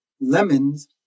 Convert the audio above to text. lemons